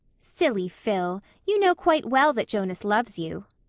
silly phil! you know quite well that jonas loves you.